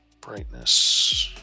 Brightness